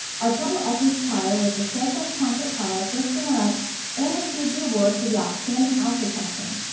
our trebleessence choir was the show fest concert choir first runner-up and received the award for the outstanding alto section.